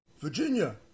virginia